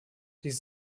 dies